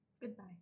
Goodbye